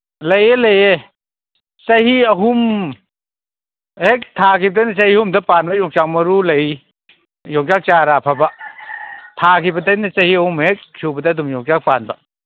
ꯂꯩꯌꯦ ꯂꯩꯌꯦ ꯆꯍꯤ ꯑꯍꯨꯝ ꯍꯦꯛ ꯊꯥꯒꯤꯕꯗꯨꯅ ꯆꯍꯤ ꯑꯍꯨꯝꯗ ꯄꯥꯟꯕ ꯌꯣꯡꯆꯥꯛ ꯃꯔꯨ ꯂꯩ ꯌꯣꯡꯆꯥꯛ ꯆꯥꯔ ꯑꯐꯕ ꯊꯥꯒꯤꯕꯗꯩꯅ ꯆꯍꯤ ꯑꯍꯨꯝ ꯍꯦꯛ ꯁꯨꯕꯗ ꯑꯗꯨꯝ ꯌꯣꯡꯆꯥꯛ ꯄꯥꯟꯕ